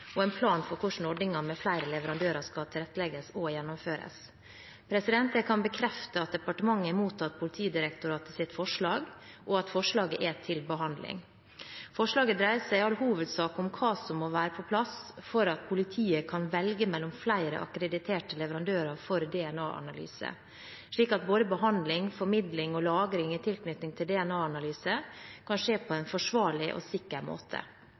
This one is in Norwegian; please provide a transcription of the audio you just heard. og en plan for hvordan ordningen med flere leverandører skal tilrettelegges og gjennomføres. Jeg kan bekrefte at departementet har mottatt Politidirektoratets forslag, og at forslaget er til behandling. Forslaget dreier seg i all hovedsak om hva som må være på plass for at politiet skal kunne velge mellom flere akkrediterte leverandører for DNA-analyse, slik at både behandling, formidling og lagring i tilknytning til DNA-analyse kan skje på en forsvarlig og sikker måte.